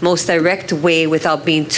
most direct way without being